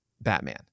Batman